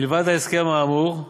מלבד ההסכם האמור,